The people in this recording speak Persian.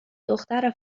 دختر